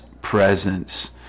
presence